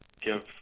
give